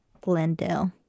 Glendale